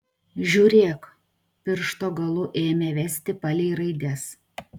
žiūrėk piršto galu ėmė vesti palei raides